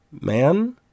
man